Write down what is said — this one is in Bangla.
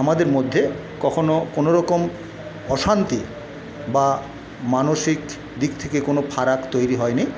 আমাদের মধ্যে কখনো কোনোরকম অশান্তি বা মানসিক দিক থেকে কোনো ফারাক তৈরি হয়নি